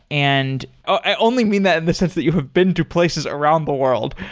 and i only mean that in the sense that you have been to places around the world.